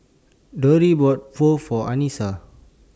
Dori bought Pho For Anissa